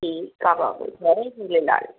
ठीकु आहे बाबा जय झूलेलाल